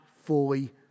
fully